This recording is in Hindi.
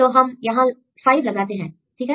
तो हम यहां 5 लगाते हैं ठीक है